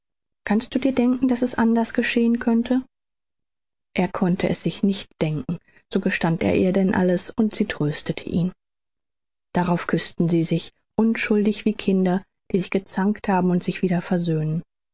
kannst du dir denken daß es anders geschehen könnte er konnte es sich nicht denken so gestand er ihr denn alles und sie tröstete ihn darauf küßten sie sich unschuldig wie kinder die sich gezankt haben und sich wieder versöhnen